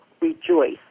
rejoice